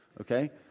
okay